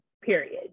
Period